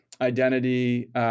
identity